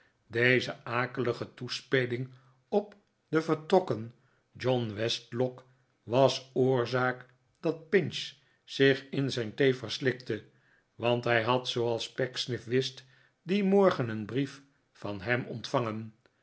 deze akelige toespeling op den vertrokken john westlock was oorzaak dat pinch zich in zijn thee verslikte want hij had zooals pecksniff wist dien morgen een brief van hem ontvangen